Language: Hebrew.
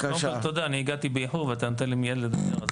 קודם כל תודה אני הגעתי באיחור ואתה נותן לי מיד לדבר.